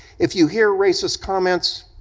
if you hear racist comments,